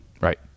Right